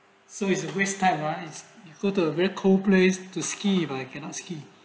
so it's a waste time ah is go to a very cold place to scheme I cannot ski